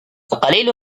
القليل